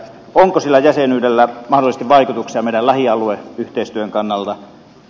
onko sillä jäsenyydellä mahdollisesti vaikutuksia meidän lähialueyhteistyön kannalta